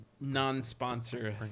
non-sponsor